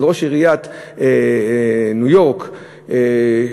על ראש עיריית ניו-יורק שהיה,